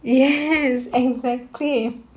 yes exactly